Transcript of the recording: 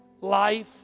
life